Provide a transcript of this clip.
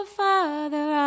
father